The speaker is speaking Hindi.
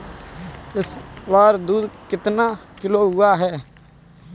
इस बार दूध कितना किलो हुआ है?